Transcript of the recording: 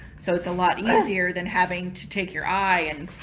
so it's a lot easier than having to take your eye and,